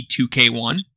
2K1